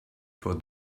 for